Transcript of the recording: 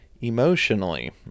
emotionally